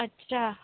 अच्छा